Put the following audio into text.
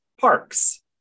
parks